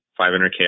$500K